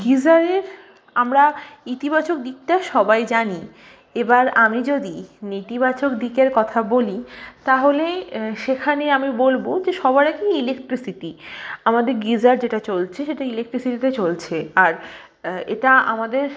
গিজারের আমরা ইতিবাচক দিকটা সবাই জানি এবার আমি যদি নেতিবাচক দিকের কথা বলি তাহলে সেখানে আমি বলবো যে সবার আগে ইলেকট্রিসিটি আমাদের গিজার যেটা চলছে সেটা ইলেকট্রিসিটিতে চলছে আর এটা আমাদের